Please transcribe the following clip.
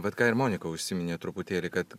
vat ką ir monika užsiminė truputėlį kad